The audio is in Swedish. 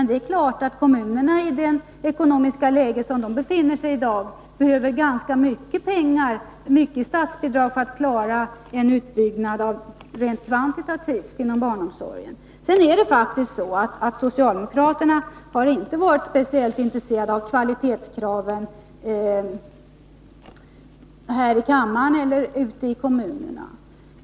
Det är klart att kommunerna i det ekonomiska läge som de i dag befinner sig i behöver ganska stora statsbidrag för att klara en utbyggnad rent kvantitativt inom barnomsorgen. Sedan är det faktiskt så att socialdemokraterna inte varit speciellt intresserade av kvalitetskraven här i kammaren eller ute i kommunerna.